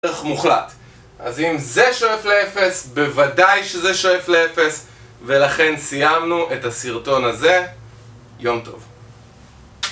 ערך מוחלט. אז אם זה שואף לאפס, בוודאי שזה שואף לאפס ולכן סיימנו את הסרטון הזה. יום טוב